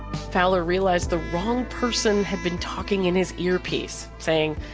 fowler realized the wrong person had been talking in his earpiece saying,